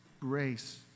grace